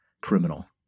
criminal